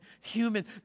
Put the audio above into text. human